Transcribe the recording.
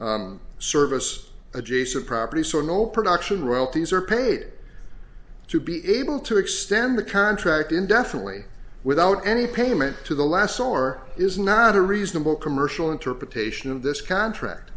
service adjacent property so no production royalties are paid to be able to extend the contract indefinitely without any payment to the last or is not a reasonable commercial interpretation of this contract